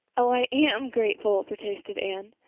oh, i am grateful, protested anne.